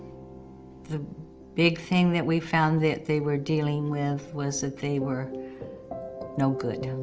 the big thing that we found that they were dealing with was that they were no good.